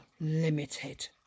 limited